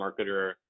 marketer